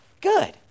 good